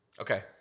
okay